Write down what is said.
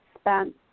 spent